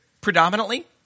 predominantly